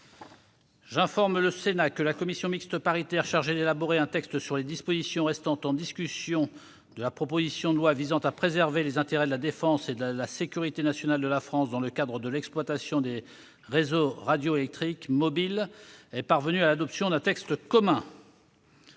J'informe le Sénat que la commission mixte paritaire chargée d'élaborer un texte sur les dispositions restant en discussion de la proposition de loi visant à préserver les intérêts de la défense et de la sécurité nationale de la France dans le cadre de l'exploitation des réseaux radioélectriques mobiles est parvenue à l'adoption d'un texte commun.